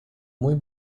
mój